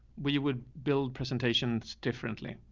we would build presentations differently,